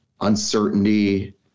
uncertainty